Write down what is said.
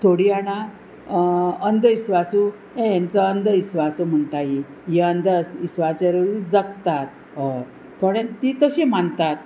थोडी जाणां अंधविस्वासू हे हेंचो अंधविस्वासू म्हणटा ही अंधविस्वास जगतात हय थोडे ती तशी मानतात